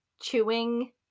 chewing